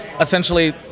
essentially